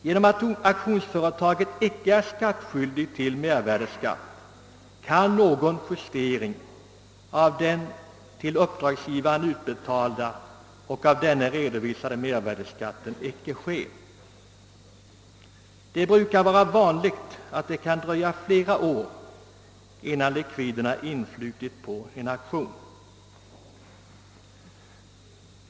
Genom att auktionsföretag icke är skyldigt att erlägga mervärdeskatt kan det icke ske någon justering av den till uppdragsgivaren utbetalade och av denne redovisade mervärdeskatten. Det dröjer vanligen flera år innan likviderna från en auktion helt influtit.